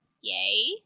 yay